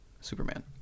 Superman